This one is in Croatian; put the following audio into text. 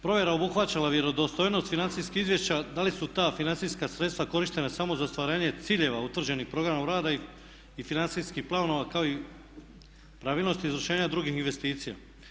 Provjera je obuhvaćala vjerodostojnost financijskih izvješća da li su ta financijska sredstva korištena samo za ostvarenje ciljeva utvrđenih programom rada i financijskih planova kao i pravilnosti izvršenja drugih investicija.